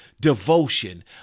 devotion